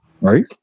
Right